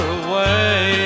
away